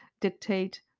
dictate